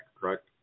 correct